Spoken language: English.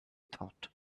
thought